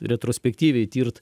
retrospektyviai tirt